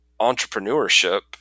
entrepreneurship